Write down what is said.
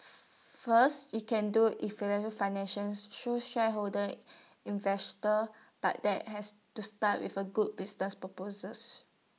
first you can do financing so shareholders investors but that has to start with A good business purposes